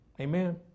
Amen